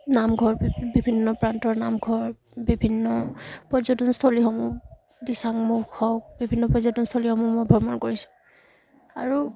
নামঘৰ বিভিন্ন প্ৰান্তৰ নামঘৰ বিভিন্ন পৰ্যটন স্থলীসমূহ দিচাংমুখ হওক বিভিন্ন পৰ্যটন স্থলীসমূহ মই ভ্ৰমণ কৰিছোঁ আৰু